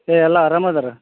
ಏಯ್ ಎಲ್ಲ ಅರಾಮ ಇದಾರ